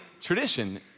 tradition